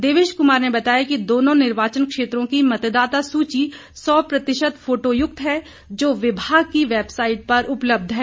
देवेश कुमार ने बताया कि दोनों निर्वाचन क्षेत्रों की मतदाता सूची सौ प्रतिशत फोटोयुक्त है जो विभाग की वैबसाईट पर उपलब्ध है